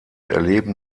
erleben